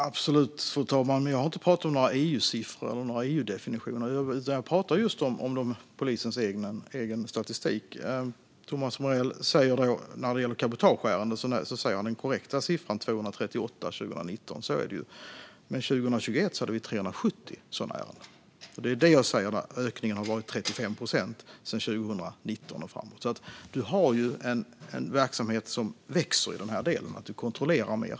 Fru talman! Absolut, men jag har inte pratat om några EU-siffror eller EU-definitioner, utan jag pratar om polisens egen statistik. När det gäller cabotageärenden nämnde Thomas Morell den korrekta siffran, 238 år 2019, men år 2021 hade vi 370 sådana ärenden. Det jag säger är att ökningen har varit 35 procent sedan 2019 och framåt. Verksamheten växer alltså i den delen, och det kontrolleras mer.